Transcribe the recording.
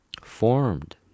formed